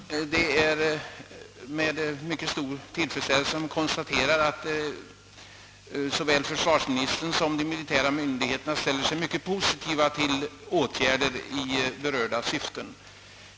Det är med mycket stor tillfredsställelse jag konstaterar att såväl försvarsministern som de militära myndigheterna ställer sig mycket positiva till åtgärder i berörda syften.